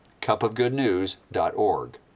cupofgoodnews.org